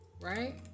right